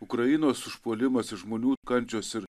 ukrainos užpuolimas i žmonių kančios ir